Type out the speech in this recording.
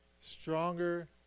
stronger